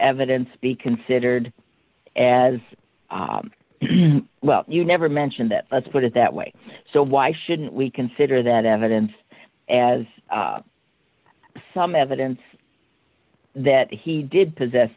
evidence be considered as well you never mentioned that let's put it that way so why shouldn't we consider that evidence as some evidence that he did possess